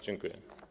Dziękuję.